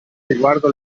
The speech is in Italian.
riguardo